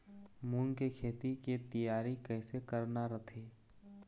मूंग के खेती के तियारी कइसे करना रथे?